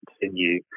continue